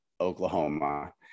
Oklahoma